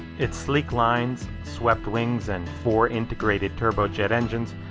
its sleek lines, swept wings, and for integrated turbojet engines,